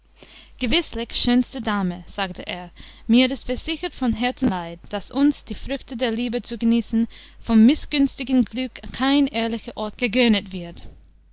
gewißlich schönste dame sagte er mir ist versichert von herzen leid daß uns die früchte der liebe zu genießen vom mißgünstigen glück kein ehrlicher ort gegönnet wird